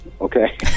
okay